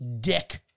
Dick